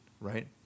right